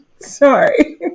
Sorry